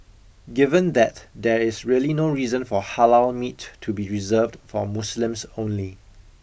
given that there is really no reason for Halal meat to be reserved for Muslims only